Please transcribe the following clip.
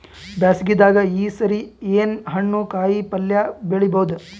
ಬ್ಯಾಸಗಿ ದಾಗ ಈ ಸರಿ ಏನ್ ಹಣ್ಣು, ಕಾಯಿ ಪಲ್ಯ ಬೆಳಿ ಬಹುದ?